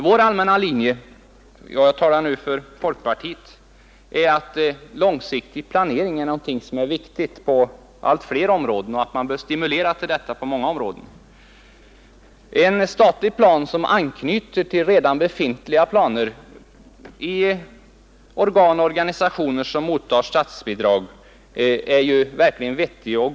Vår allmänna linje — jag talar nu för folkpartiet — är att långsiktig planering är viktig på allt fler områden och att man bör stimulera till sådan planering på många områden. Det är verkligen vettig och god ekonomi att ha en statlig plan som anknyter till redan befintliga planer i organ och organisationer som mottar statsbidrag.